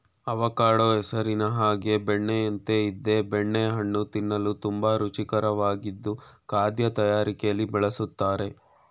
avocado ಹೆಸರಿನ ಹಾಗೆ ಬೆಣ್ಣೆಯಂತೆ ಇದೆ ಬೆಣ್ಣೆ ಹಣ್ಣು ತಿನ್ನಲು ತುಂಬಾ ರುಚಿಕರವಾಗಿದ್ದು ಖಾದ್ಯ ತಯಾರಿಕೆಲಿ ಬಳುಸ್ತರೆ